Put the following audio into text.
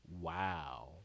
Wow